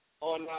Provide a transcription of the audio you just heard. on